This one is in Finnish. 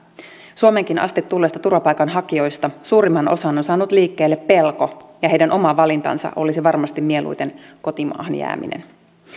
suomeenkin asti tulleista turvapaikanhakijoista suurimman osan on saanut liikkeelle pelko ja heidän oma valintansa olisi varmasti mieluiten kotimaahan jääminen